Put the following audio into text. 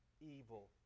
evil